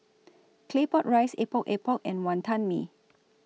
Claypot Rice Epok Epok and Wantan Mee